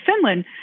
Finland